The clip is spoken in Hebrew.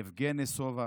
יבגני סובה,